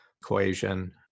equation